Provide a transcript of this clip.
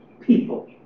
people